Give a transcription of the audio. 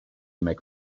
make